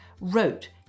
wrote